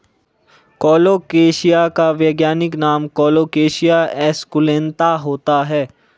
colocasia का वैज्ञानिक नाम कोलोकेशिया एस्कुलेंता होता है